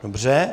Dobře.